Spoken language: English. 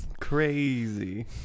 crazy